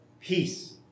peace